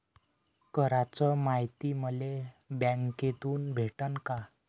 कराच मायती मले बँकेतून भेटन का?